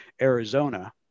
Arizona